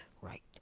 right